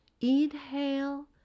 inhale